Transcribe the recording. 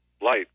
light